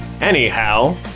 Anyhow